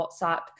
WhatsApp